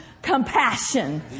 Compassion